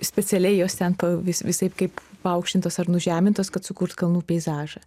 specialiai jos ten pa vis visaip kaip paaukštintos ar nužemintos kad sukurt kalnų peizažą